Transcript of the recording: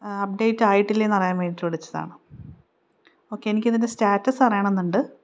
update ആയിട്ടില്ലേ എന്ന് അറിയാൻ വേണ്ടിയിട്ട് വിളിച്ചതാണ് ഓക്കെ എനിക്കിതിൻ്റെ സ്റ്റാറ്റസ് അറിയണമെന്നുണ്ട്